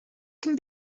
can